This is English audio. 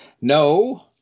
No